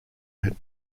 had